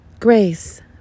grace